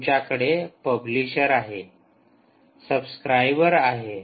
तुमच्याकडे पब्लिशर आहे आणि सबस्क्राईबर आहे